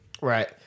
right